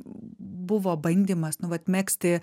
buvo bandymas nu vat megzti